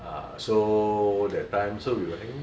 ah so that time so we were hanging